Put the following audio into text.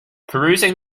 perusing